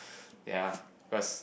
ya plus